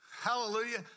hallelujah